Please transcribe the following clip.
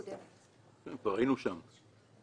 כבר היינו שם.